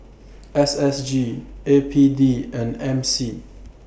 S S G A P D and M C